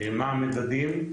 מה המדדים,